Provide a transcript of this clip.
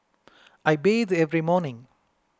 I bathe every morning